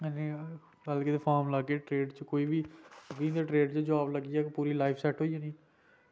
ते फॉर्म लाह्गे ट्रेड च कोई बी ते इस ट्रेड च जॉब लग्गी जाह्ग ते पूरी लाईफ सेट होई जानी